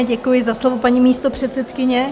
Děkuji za slovo, paní místopředsedkyně.